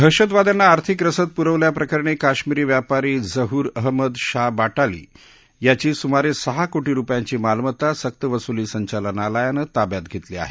दहशतवाद्यांना आर्थिक रसद पुरवल्याप्रकरणी कश्मीरी व्यापारी झहूर अहमद शाह वाटाली याची सुमारे सहा कोटी रुपयांची मालमत्ता सक्तवसुली संचालनालयानं ताब्यात घेतली आहे